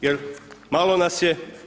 Jer malo nas je.